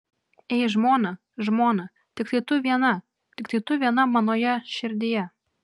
ei žmona žmona tiktai tu viena tiktai tu viena manoje širdyje